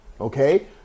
okay